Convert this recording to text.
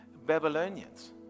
Babylonians